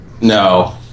No